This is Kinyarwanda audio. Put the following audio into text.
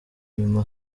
nyuma